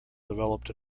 developed